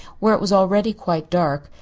where it was already quite dark,